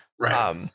Right